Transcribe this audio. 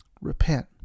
repent